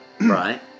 right